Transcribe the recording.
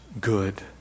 good